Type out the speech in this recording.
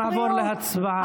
אנחנו נעבור להצבעה עכשיו.